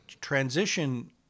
transition